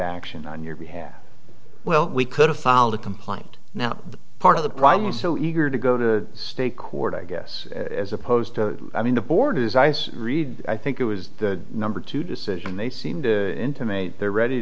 action on your behalf well we could have filed a complaint now part of the problem so eager to go to state court i guess as opposed to i mean the board is ice i think it was the number two decision they seem to intimate they're ready